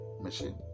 machine